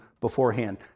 beforehand